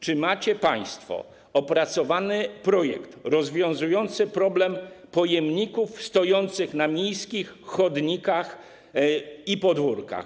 Czy macie państwo opracowany projekt rozwiązujący problem pojemników stojących na miejskich chodnikach i podwórkach?